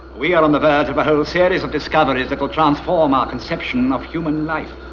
we are on the verge of a whole series of discoveries that will transform our conception of human life.